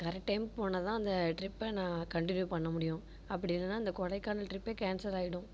correct டைம்க்கு போனால்தான் அந்த ட்ரிப்பை நான் கண்டினியூ பண்ண முடியும் அப்படி இல்லைனா அந்த கொடைக்கானல் ட்ரிப்பே கேன்சல் ஆகிடும்